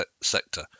sector